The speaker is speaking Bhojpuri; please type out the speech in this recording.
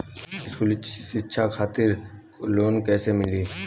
स्कूली शिक्षा खातिर लोन कैसे मिली?